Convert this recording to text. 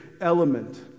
element